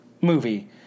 movie